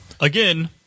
Again